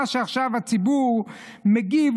מה שעכשיו הציבור מגיב,